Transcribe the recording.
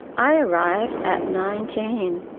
i arrive at nineteen.